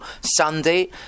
Sunday